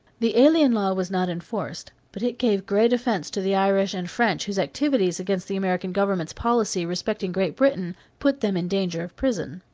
the alien law was not enforced but it gave great offense to the irish and french whose activities against the american government's policy respecting great britain put them in danger of prison.